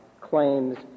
claims